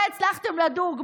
מה הצלחתם לדוג,